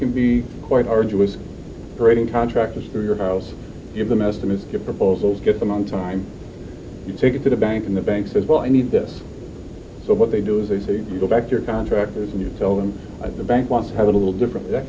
can be quite arduous parading contractors through your files give them estimates proposals get them on time you take it to the bank and the bank says well i need this so what they do is they say you go back to contractors and you tell them the bank wants have a little different that